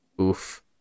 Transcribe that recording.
Oof